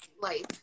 life